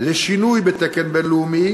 לשינוי בתקן בין-לאומי